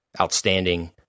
outstanding